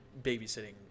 babysitting